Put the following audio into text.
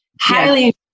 Highly